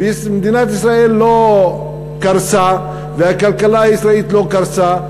ומדינת ישראל לא קרסה והכלכלה הישראלית לא קרסה,